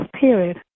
period